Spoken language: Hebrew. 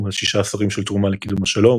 "על שישה עשורים של תרומה לקידום השלום,